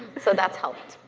so that's helped.